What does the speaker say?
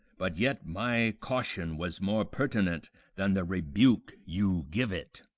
but yet my caution was more pertinent than the rebuke you give it.